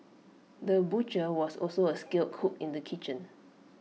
the butcher was also A skilled cook in the kitchen